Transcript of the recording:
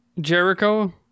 Jericho